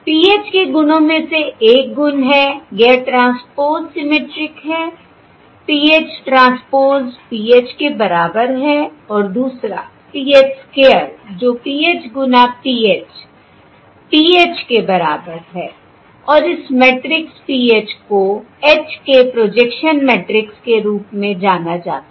PH के गुणों में से एक गुण है यह ट्रांसपोज़ सिमेट्रिक है PH ट्रांसपोज़ PH के बराबर है और दूसरा PH स्क्वेयर जो PH गुना PH PH के बराबर है और इस मैट्रिक्स PH को H के प्रोजेक्शन मैट्रिक्स के रूप में जाना जाता है